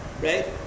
Right